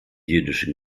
jüdischen